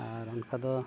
ᱟᱨ ᱚᱱᱠᱟ ᱫᱚ